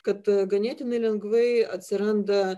kad ganėtinai lengvai atsiranda